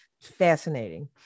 fascinating